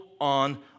on